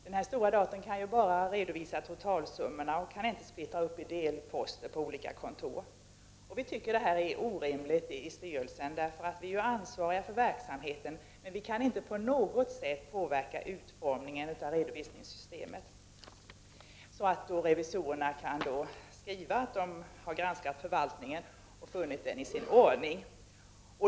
Denna stora dator kan bara redovisa totalsummorna och kan inte splittra upp dem i delposter på olika kontor. Vi tycker i styrelsen att detta är orimligt. Vi är ju ansvariga för verksamheten men kan inte på något sätt påverka utformningen av redovisningssystemet så att revisorerna kan skriva att de har granskat förvaltningen och funnit den vara i sin ordning.